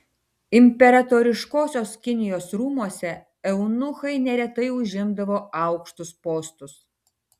imperatoriškosios kinijos rūmuose eunuchai neretai užimdavo aukštus postus